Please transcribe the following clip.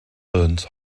burns